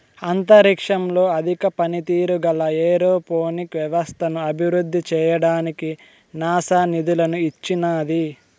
అంతరిక్షంలో అధిక పనితీరు గల ఏరోపోనిక్ వ్యవస్థను అభివృద్ధి చేయడానికి నాసా నిధులను ఇచ్చినాది